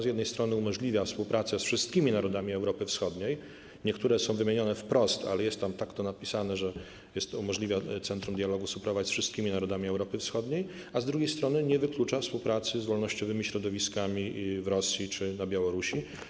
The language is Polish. Z jednej strony umożliwia współpracę z wszystkimi narodami Europy Wschodniej, niektóre są wymienione wprost, jest tam napisane, że Centrum Dialogu umożliwia współpracę z wszystkimi narodami Europy Wschodniej, a z drugiej strony nie wyklucza współpracy z wolnościowymi środowiskami w Rosji czy na Białorusi.